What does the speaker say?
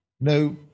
no